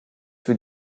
für